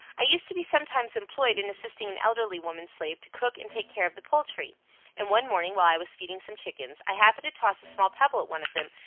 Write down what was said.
i used to be sometimes employed in assisting an elderly woman slave to cook and take care of the poultry and one morning, while i was feeding some chickens, i happened to toss a small pebble at one of them,